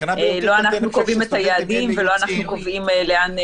לא אנחנו קובעים את היעדים ולא אנחנו קובעים לאן,